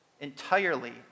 entirely